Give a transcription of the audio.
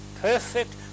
perfect